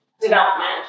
development